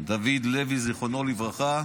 דוד לוי, זיכרונו לברכה,